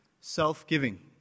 self-giving